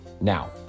Now